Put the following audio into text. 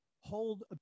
Hold